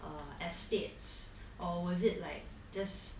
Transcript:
err estates or was it like just